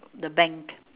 the bank